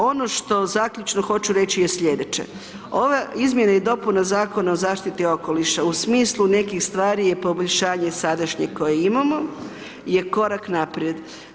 Ono što zaključno hoću reći je slijedeće, ova izmjena i dopuna Zakona o zaštiti okoliša u smislu nekih stvari je poboljšanje sadašnjeg kojeg imamo, je korak naprijed.